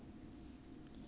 Temt Temt